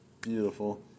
beautiful